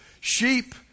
sheep